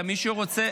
מישהו רוצה,